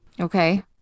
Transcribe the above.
Okay